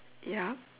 ya